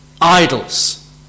idols